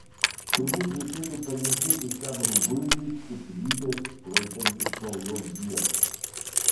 turbūt reikėtų palinkėti šiam rubuiliui stiprybės laikantis naujos dietos